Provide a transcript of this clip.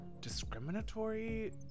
discriminatory